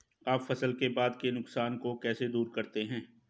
आप फसल के बाद के नुकसान को कैसे दूर करते हैं?